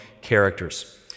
characters